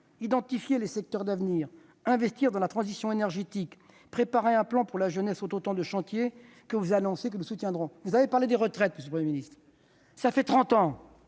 Identifier les secteurs d'avenir, investir dans la transition énergétique, préparer un plan pour la jeunesse : tels sont les chantiers que vous annoncez et que nous soutiendrons. Vous avez parlé des retraites, monsieur le Premier ministre. Cela fait trente